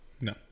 No